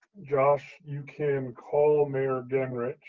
josh you can call mayor genrich,